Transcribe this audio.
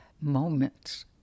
moments